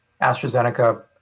AstraZeneca